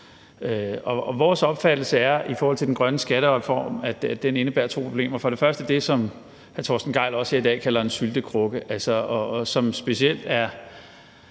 skattereform er, at den indebærer to problemer. For det første er der det, som hr. Torsten Gejl også her i dag kalder en syltekrukke, altså at det specielt er